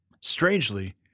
Strangely